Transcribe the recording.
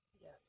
Yes